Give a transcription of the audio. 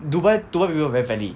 dubai dubai people very friendly